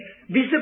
visible